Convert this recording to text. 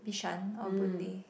Bishan or Boon-Lay